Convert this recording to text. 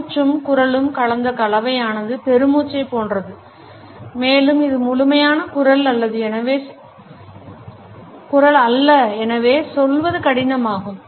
மூச்சும் குரலும் கலந்த கலவையானது பெருமூச்சைப் போன்றது மேலும் இது முழுமையான குரல் அல்ல எனவே சொல்வது கடினமாகும்